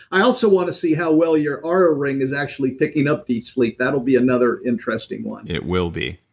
i also want to see how well your ah oura ring is actually picking up deep sleep, that will be another interesting one it will be.